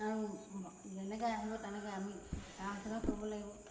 আৰু যেনেকৈ আহিব তেনেকৈ আমি সেৱা শুশ্ৰুষা কৰিব লাগিব